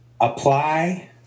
apply